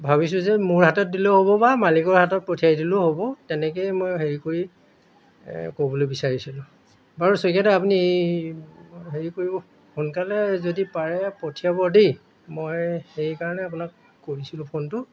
ভাবিছোঁ যে মোৰ হাতত দিলেও হ'ব বা মালিকৰ হাতত পঠিয়াই দিলেও হ'ব তেনেকৈয়ে মই হেৰি কৰি ক'বলৈ বিচাৰিছিলোঁ বাৰু শইকীয়া দা আপুনি হেৰি কৰিব সোনকালে যদি পাৰে পঠিয়াব দেই মই সেইকাৰণে আপোনাক কৰিছিলোঁ ফোনটো